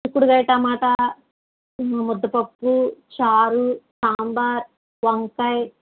చుక్కుడుకాయి టమాటా ముద్దపప్పు చారు సాంబార్ వంకాయ